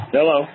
Hello